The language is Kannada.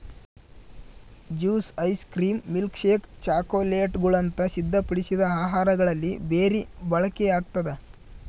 ಜ್ಯೂಸ್ ಐಸ್ ಕ್ರೀಮ್ ಮಿಲ್ಕ್ಶೇಕ್ ಚಾಕೊಲೇಟ್ಗುಳಂತ ಸಿದ್ಧಪಡಿಸಿದ ಆಹಾರಗಳಲ್ಲಿ ಬೆರಿ ಬಳಕೆಯಾಗ್ತದ